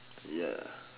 ya